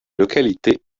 localité